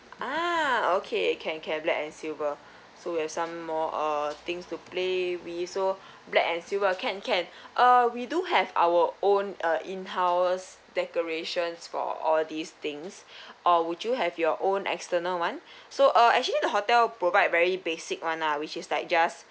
ah okay can can black and silver so you have some more uh things to play with so black and silver can can uh we do have our own uh in house decorations for all these things or would you have your own external one so uh actually the hotel provide very basic one lah which is like just